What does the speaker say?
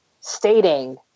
stating